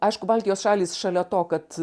aišku baltijos šalys šalia to kad